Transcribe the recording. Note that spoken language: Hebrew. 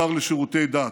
השר לשירותי דת,